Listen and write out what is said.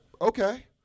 okay